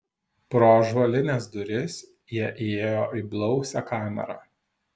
pro ąžuolines duris jie įėjo į blausią kamerą